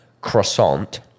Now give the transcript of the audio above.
croissant